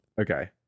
Okay